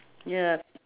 ya